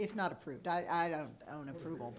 if not approved i don't own approval